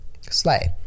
Slay